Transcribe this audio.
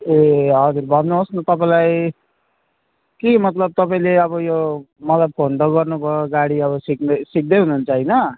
ए हजुर भन्नुहोस् न तपाईँलाई के मतलब तपाईँले अब यो मलाई फोन त गर्नुभयो गाडी अब सिक्न सिक्दै हुनुहुन्छ हैन